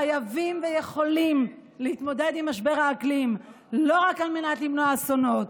חייבים ויכולים להתמודד עם משבר האקלים לא רק על מנת למנוע אסונות,